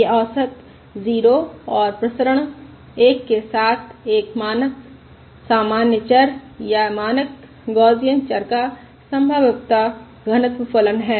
यह औसत 0 और प्रसरण 1 के साथ एक मानक सामान्य चर या मानक गौसियन चर का संभाव्यता घनत्व फलन है